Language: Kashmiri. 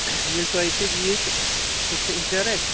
یِیٚلہِ تۅہہِ سٟتۍ یِیہِ تہٕ اسہِ نیرِ شرے